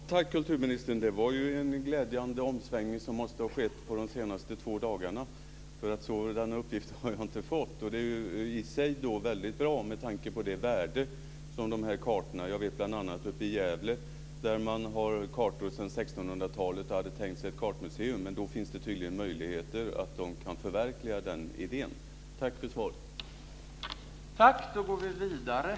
Herr talman! Tack, kulturministern! Det var en glädjande omsvängning som måste ha skett under de senaste två dagarna, för sådana uppgifter har jag inte fått. Det är i sig väldigt bra med tanke på det värde som dessa kartor har. Jag vet att man uppe i Gävle har kartor sedan 1600-talet och hade tänkt sig ett kartmuseum. Då finns det tydligen möjligheter för dem att förverkliga den idén. Tack för svaret!